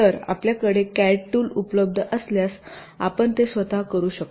तर आपल्याकडे CAD tool उपलब्ध असल्यास आपण ते स्वतः करू शकता